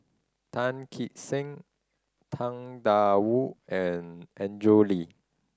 Tan Kee Sek Tang Da Wu and Andrew Lee